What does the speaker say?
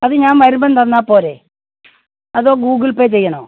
അത് ഞാൻ വരുമ്പം തന്നാൽ പോരെ അതോ ഗൂഗിൾ പേ ചെയ്യണോ